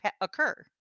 occur